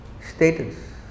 status